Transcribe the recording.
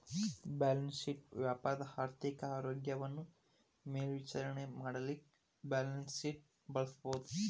balance sheet ವ್ಯಾಪಾರದ ಆರ್ಥಿಕ ಆರೋಗ್ಯವನ್ನ ಮೇಲ್ವಿಚಾರಣೆ ಮಾಡಲಿಕ್ಕೆ ಬ್ಯಾಲನ್ಸ್ಶೇಟ್ ಬಳಸಬಹುದು